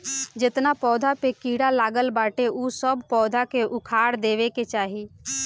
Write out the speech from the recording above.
जेतना पौधा पे कीड़ा लागल बाटे उ सब पौधा के उखाड़ देवे के चाही